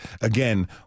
again